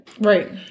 Right